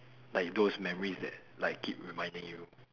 like those memories that like keep reminding you